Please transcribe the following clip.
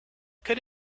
could